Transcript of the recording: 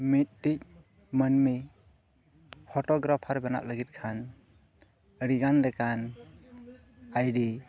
ᱢᱤᱫᱴᱤᱡ ᱢᱟᱱᱢᱤ ᱵᱮᱱᱟᱣ ᱞᱟᱹᱜᱤᱫ ᱠᱷᱟᱱ ᱟᱹᱰᱤᱜᱟᱱ ᱞᱮᱠᱟᱱ